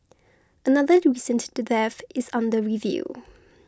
another recent death is under review